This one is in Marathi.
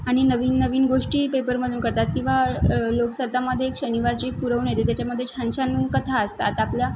आनि नवीन नवीन गोष्टी पेपरमधून कळतात किंवा लोकसत्तामध्ये एक शनिवारची पुरवणी येते त्याच्यामध्ये छान छान कथा असतात आपल्या